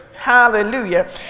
Hallelujah